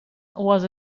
was